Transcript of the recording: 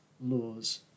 laws